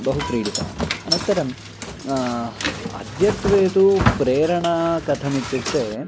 बहु क्रीडितवान् अनन्तरं अद्यत्वे तु प्रेरणा कथम् इत्युक्ते